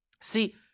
see